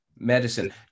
medicine